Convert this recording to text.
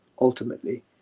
ultimately